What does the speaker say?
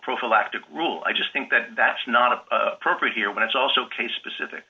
prophylactic rule i just think that that's not appropriate here when it's also case specific